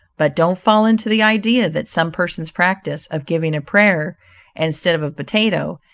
but don't fall into the idea that some persons practice, of giving a prayer instead of a potato,